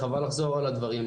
חבל לחזור על הדברים,